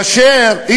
לא מספיק.